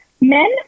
men